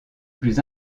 plus